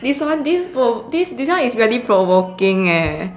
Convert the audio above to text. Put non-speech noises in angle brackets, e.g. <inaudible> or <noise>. <laughs> this one this one later oh this this one is really provoking leh